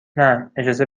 نه، اجازه